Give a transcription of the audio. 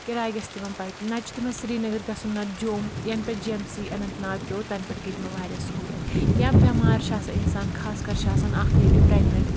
کِراے گژھِ تِمَن بَچن نَتہٕ چھُ تِمن سرینَگَر گژھُن نَتہٕ جۆم یَنہٕ پؠٹھ G M C Anantnag پؠو تَنہٕ پؠٹھ گَیہِ تِمَن واریاہ سہوٗلِیت یا بٮ۪مار چھُ آسان اِنسان خاص کَر چھُ آسان اَکھ لیڈی پرؠگنِنٹ